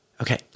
Okay